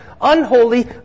Unholy